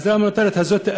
העזרה ההומניטרית הזאת,